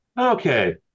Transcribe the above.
okay